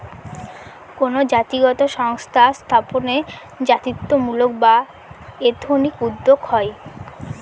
কোনো জাতিগত সংস্থা স্থাপনে জাতিত্বমূলক বা এথনিক উদ্যোক্তা হয়